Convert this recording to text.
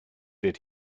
did